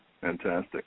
Fantastic